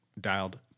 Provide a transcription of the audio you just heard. dialed